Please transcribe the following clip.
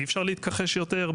אי אפשר להתכחש יותר,